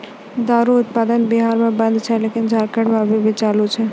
दारु उत्पादन बिहार मे बन्द छै लेकिन झारखंड मे अभी भी चालू छै